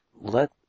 let